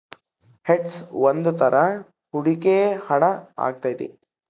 hedge ಒಂದ್ ತರ ಹೂಡಿಕೆ ಹಣ ಆಗೈತಿ